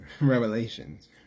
revelations